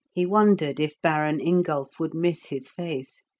he wondered if baron ingulph would miss his face.